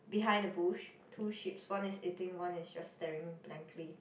behind the bush two sheeps one is eating one is just staring blankly